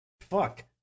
Fuck